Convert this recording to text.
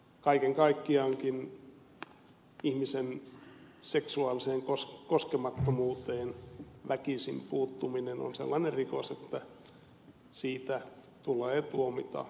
kaiken kaikkiaankin ihmisen seksuaaliseen koskemattomuuteen väkisin puuttuminen on sellainen rikos että siitä tulee tuomita ankarasti